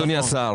אדוני השר.